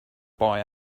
boy